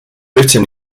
written